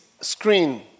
screen